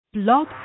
Blog